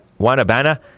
Wanabana